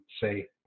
say